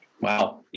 Wow